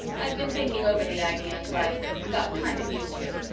i've been thinking over the idea until i've got kind of used to it.